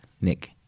Nick